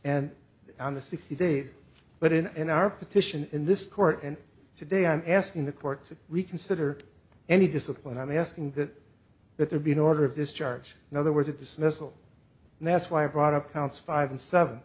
and on the sixty days but in in our petition in this court and today i'm asking the court to reconsider any discipline i'm asking that that there be an order of this charge in other words a dismissal and that's why i brought up counts five and seven